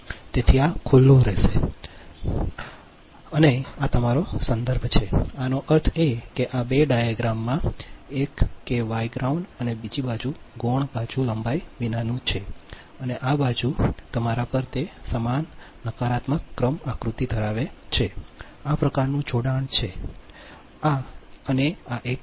તેથી આ ખુલ્લું રહેશે આ રહેશે અને આ તમારો સંદર્ભ છે આનો અર્થ એ કે આ બે ડાયાગ્રામ આ એક કે વાય ગ્રાઉન્ડ અને બીજી બાજુ ગૌણ બાજુ લંબાઈ વિનાનું છે અને આ બાજુ અને આ બાજુ તમારા પર તે સમાન નકારાત્મક ક્રમ આકૃતિ ધરાવે છે આ પ્રકારનું જોડાણ છે આ એક અને આ એક છે